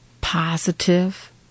positive